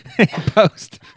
post